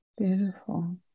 Beautiful